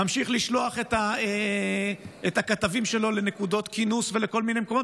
ממשיך לשלוח את הכתבים שלו לנקודות כינוס ולכל מיני מקומות.